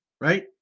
right